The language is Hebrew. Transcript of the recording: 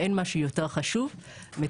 ואין משהו יותר חשוב מתקציבים.